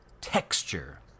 Texture